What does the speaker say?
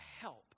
help